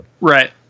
Right